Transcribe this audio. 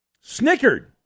snickered